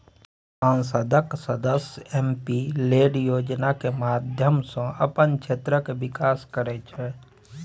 संसदक सदस्य MP LAD योजनाक माध्यमसँ अपन क्षेत्रक बिकास करय छै